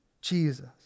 Jesus